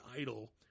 idol